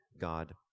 God